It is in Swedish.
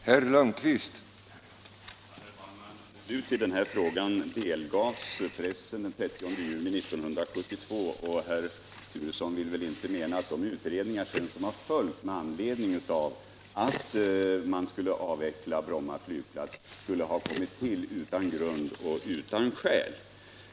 Herr talman! Beslutet i fråga om flygtrafiken på Bromma flygplats delgavs pressen den 30 juni 1972. Statsrådet vill väl inte mena att de utredningar som har följt med anledning av'att Bromma skulle avvecklas har kommit till utan grund.